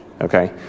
Okay